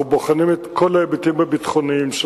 אנחנו בוחנים את כל ההיבטים הביטחוניים של